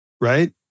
right